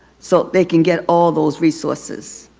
so they can get all those resources,